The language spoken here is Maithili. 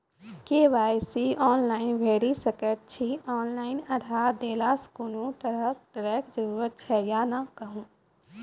के.वाई.सी ऑनलाइन भैरि सकैत छी, ऑनलाइन आधार देलासॅ कुनू तरहक डरैक जरूरत छै या नै कहू?